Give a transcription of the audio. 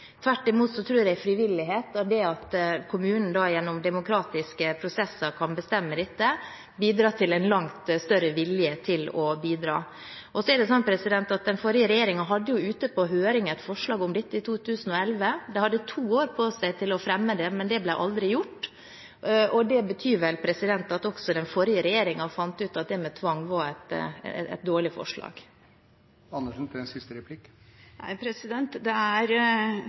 Tvert imot tror jeg frivillighet og det at kommunen gjennom demokratiske prosesser kan bestemme dette, bidrar til en langt større vilje til å bidra. Den forrige regjeringen hadde jo ute på høring et forslag om dette i 2011. Den hadde to år på seg til å fremme det, men det ble aldri gjort, og det betyr vel at også den forrige regjeringen fant ut at det med tvang var et dårlig forslag. Nei, det er det man holder på med nå, at folk blir sittende i årevis på mottak, som er